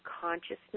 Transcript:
consciousness